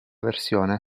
versione